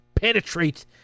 penetrate